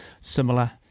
similar